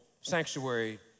sanctuary